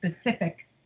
specific